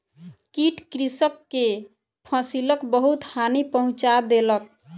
कीट कृषक के फसिलक बहुत हानि पहुँचा देलक